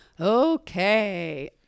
Okay